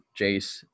jace